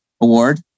award